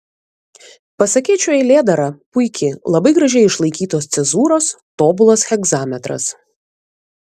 pasakėčių eilėdara puiki labai gražiai išlaikytos cezūros tobulas hegzametras